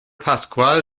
pascual